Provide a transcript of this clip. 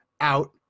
out